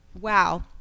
Wow